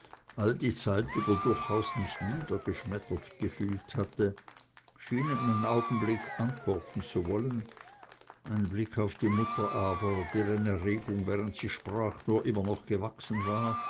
all die zeit über durchaus nicht niedergeschmettert gefühlt hatte schien einen augenblick antworten zu wollen ein blick auf die mutter aber deren erregung während sie sprach nur immer noch gewachsen war